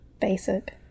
Basic